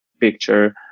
picture